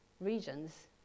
regions